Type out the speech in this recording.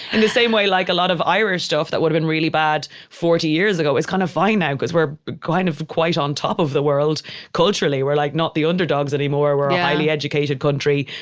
and the same way, like a lot of irish stuff that would've been really bad forty years ago is kind of fine now because we're kind of quite on top of the world culturally, we're like not the underdogs anymore. we're a highly educated country,